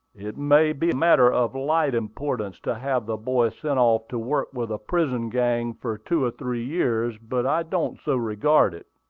it may be a matter of light importance to have the boy sent off to work with a prison-gang for two or three years, but i don't so regard it,